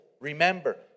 remember